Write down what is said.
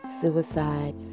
Suicide